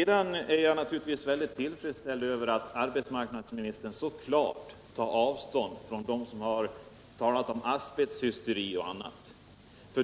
Jag är naturligtvis mycket tillfredställd över att arbetsmarknadsministern så klart tar avstånd från dem som har talat om asbesthysteri m.m., för